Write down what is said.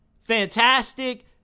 Fantastic